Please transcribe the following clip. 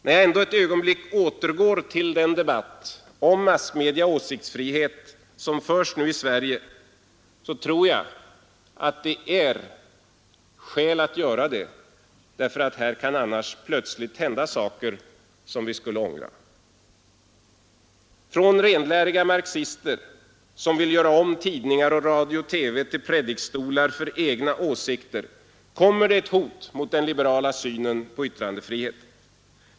När jag ändå ett ögonblick återgår till den debatt om massmedia och åsiktsfrihet som nu förs i Sverige gör jag det därför att jag tror att den är både nyttig och nödvändig, därför att här annars plötsligt kan hända saker som vi skulle ångra. Från renläriga marxister, som vill göra tidningar, radio och TV till predikstolar för egna åsikter, kommer ett hot mot den liberala synen på yttrandefriheten.